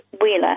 Wheeler